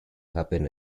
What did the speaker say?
happen